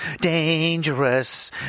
dangerous